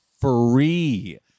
free